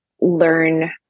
learn